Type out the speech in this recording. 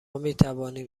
میتوانیم